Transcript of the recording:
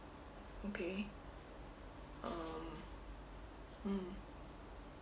okay um mm